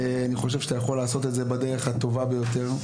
אני חושב שאתה יכול לעשות את זה בדרך הטובה ביותר,